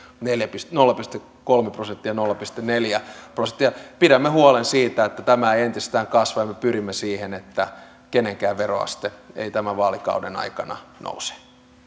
on nolla pilkku kolme viiva nolla pilkku neljä prosenttia pidämme huolen siitä että tämä ei entisestään kasva ja me pyrimme siihen että kenenkään veroaste ei tämän vaalikauden aikana nouse nyt